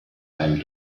einem